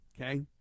okay